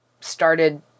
started